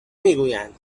میگویند